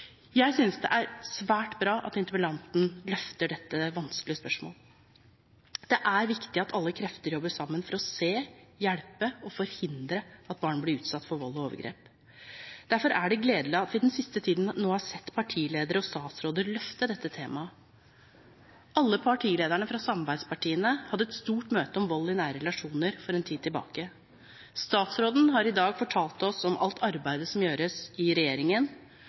Jeg synes det er svært bra at interpellanten løfter dette vanskelige spørsmålet. Det er viktig at alle krefter jobber sammen for å se, hjelpe og forhindre at barn blir utsatt for vold og overgrep. Derfor er det gledelig at vi i den siste tiden nå har sett partiledere og statsråder løfte dette temaet. Alle partilederne fra samarbeidspartiene hadde et stort møte om vold i nære relasjoner for en tid tilbake. Statsråden har i dag fortalt oss om alt arbeidet som gjøres i regjeringen,